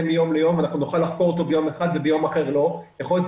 מיום ליום ואנחנו נוכל לחקור אותו ביום אחד וביום אחר לא; יכול להיות